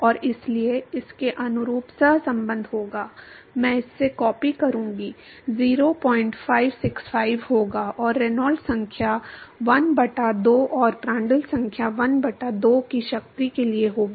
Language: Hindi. और इसलिए इसके अनुरूप सहसंबंध होगा मैं इससे कॉपी करूंगा 0565 होगा और रेनॉल्ड्स संख्या 1 बटा 2 और प्रांड्टल संख्या 1 बटा 2 की शक्ति के लिए होगी